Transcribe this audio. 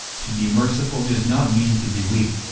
to be merciful does not mean to be weak.